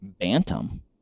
Bantam